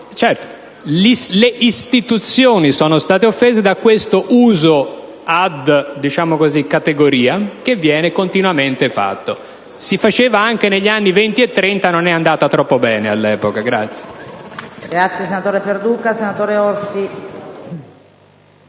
le istituzioni ad essere offese da questo uso *ad categoriam* che viene continuamente fatto. Questo si faceva anche negli anni '20 e '30, ma non è andata troppo bene all'epoca.